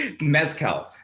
Mezcal